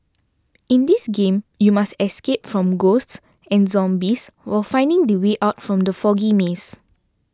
in this game you must escape from ghosts and zombies while finding the way out from the foggy maze